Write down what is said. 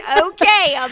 Okay